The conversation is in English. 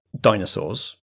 dinosaurs